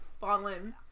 fallen